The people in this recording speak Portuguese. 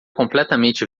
completamente